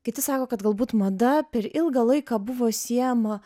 kiti sako kad galbūt mada per ilgą laiką buvo siejama